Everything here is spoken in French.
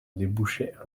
débouchait